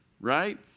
right